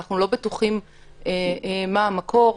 אבל אנחנו לא בטוחים מה המקור,